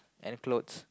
and clothes